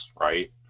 right